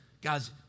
guys